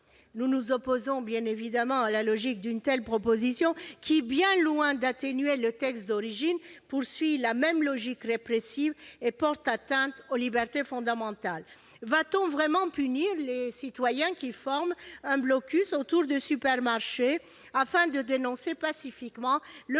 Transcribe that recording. Nous nous opposons bien évidemment à la logique d'une telle proposition, qui, loin d'atténuer les effets du texte d'origine, vise la même logique répressive et porte atteinte aux libertés fondamentales. Va-t-on vraiment punir les citoyens qui forment un blocus autour des supermarchés afin de dénoncer pacifiquement le